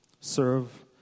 Serve